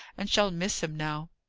and shall miss him now.